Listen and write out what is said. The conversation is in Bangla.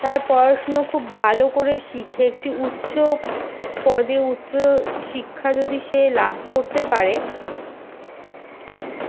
তার পড়াশোনা খুব ভালো করে শিখে একটি উচ্চ পদে উচ্চশিক্ষা যদি সে লাভ করতে পারে